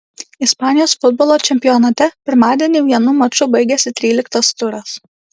ispanijos futbolo čempionate pirmadienį vienu maču baigėsi tryliktas turas